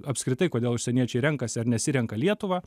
apskritai kodėl užsieniečiai renkasi ar nesirenka lietuvą